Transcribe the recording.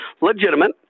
legitimate